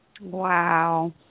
Wow